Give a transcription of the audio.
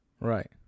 Right